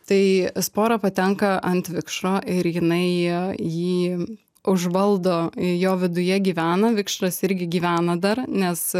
tai spora patenka ant vikšro ir jinai jį užvaldo jo viduje gyvena vikšras irgi gyvena dar nes